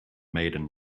maiden